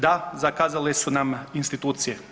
Da, zakazale su nam institucije.